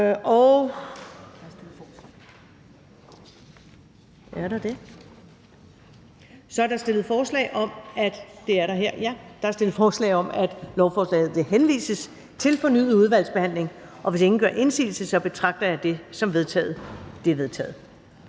Der er stillet forslag om, at lovforslaget henvises til fornyet udvalgsbehandling, og hvis ingen gør indsigelse, betragter jeg det som vedtaget.